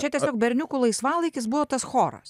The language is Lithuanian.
čia tiesiog berniukų laisvalaikis buvo tas choras